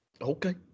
Okay